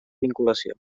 vinculació